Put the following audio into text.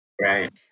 right